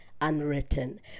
unwritten